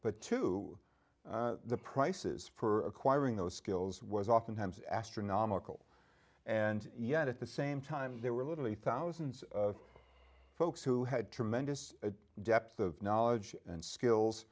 but to the prices for acquiring those skills was oftentimes astronomical and yet at the same time there were literally thousands of folks who had tremendous depth of knowledge and skills